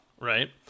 Right